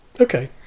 Okay